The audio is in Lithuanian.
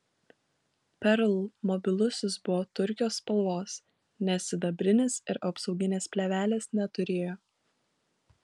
perl mobilusis buvo turkio spalvos ne sidabrinis ir apsauginės plėvelės neturėjo